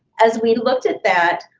as we looked at that,